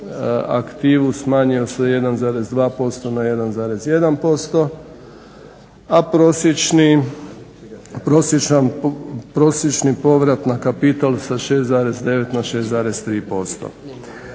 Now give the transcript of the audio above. aktivu smanjio sa 1,2% na 1,1% a prosječni povrat na kapital sa 6,9 na 6,3%.